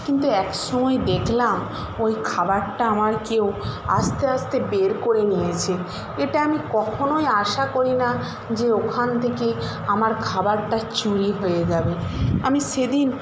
কিন্তু এক সময় দেখলাম ওই খাবারটা আমার কেউ আস্তে আস্তে বের করে নিয়েছে এটা আমি কখনোই আশা করি না যে ওখান থেকে আমার খাবারটা চুরি হয়ে যাবে আমি সেদিন